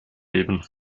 leben